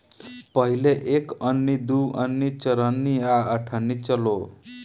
पहिले एक अन्नी, दू अन्नी, चरनी आ अठनी चलो